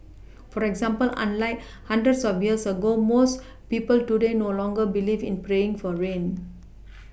for example unlike hundreds of years ago most people today no longer believe in praying for rain